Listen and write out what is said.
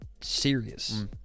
serious